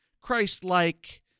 Christ-like